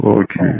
Okay